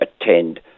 attend